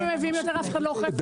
אף אחד לא אוכף.